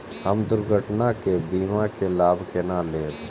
हम दुर्घटना के बीमा के लाभ केना लैब?